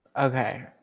Okay